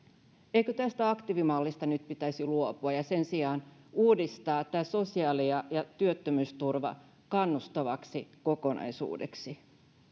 eikö tästä aktiivimallista nyt pitäisi luopua ja sen sijaan uudistaa tämä sosiaali ja ja työttömyysturva kannustavaksi kokonaisuudeksi